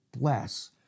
bless